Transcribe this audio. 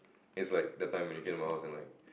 is like the time you came out